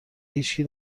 هیشکی